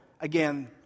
again